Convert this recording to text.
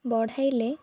ବଢାଇଲେ